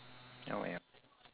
oh ya